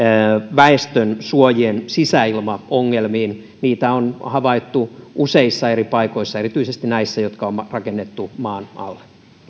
väestönsuojien sisäilmaongelmiin niitä on havaittu useissa eri paikoissa erityisesti näissä jotka on rakennettu maan alle